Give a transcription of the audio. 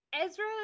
Ezra